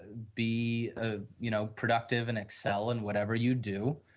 ah be ah you know productive and excel in whatever you do,